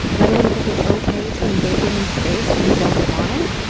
letting him think it's okay to invade women's space when we don't want it?